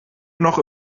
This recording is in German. noch